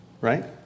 right